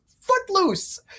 footloose